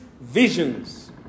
visions